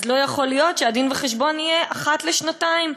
אז לא יכול להיות שהדין-וחשבון יהיה אחת לשנתיים.